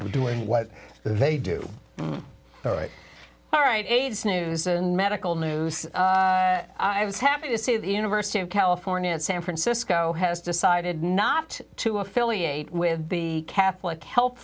doing what they do all right aids news and medical news i was happy to see the university of california at san francisco has decided not to affiliate with the catholic health